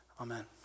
Amen